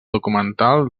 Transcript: documental